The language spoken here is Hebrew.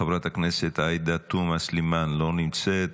חברת הכנסת עאידה תומא סלימאן, לא נמצאת,